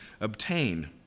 obtain